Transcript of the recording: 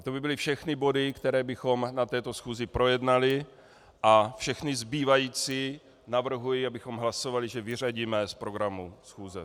To by byly všechny body, které bychom na této schůzi projednali, a všechny zbývající navrhuji, abychom hlasovali, že vyřadíme z programu schůze.